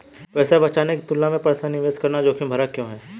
पैसा बचाने की तुलना में पैसा निवेश करना जोखिम भरा क्यों है?